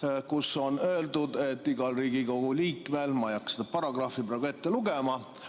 Seal on öeldud, et igal Riigikogu liikmel – ma ei hakka seda paragrahvi praegu ette lugema